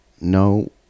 No